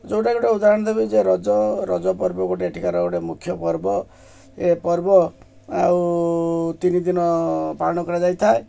ଯେଉଁଟା ଗୋଟେ ଉଦାହରଣ ଦେବେ ଯେ ରଜ ରଜ ପର୍ବ ଗୋଟେ ଏଠିକାର ଗୋଟେ ମୁଖ୍ୟ ପର୍ବ ଏ ପର୍ବ ଆଉ ତିନି ଦିନ ପାଳନ କରାଯାଇଥାଏ